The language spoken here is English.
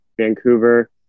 Vancouver